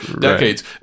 decades